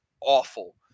awful